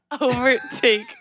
Overtake